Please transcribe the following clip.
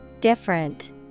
Different